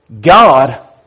God